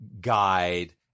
guide